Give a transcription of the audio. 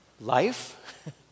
life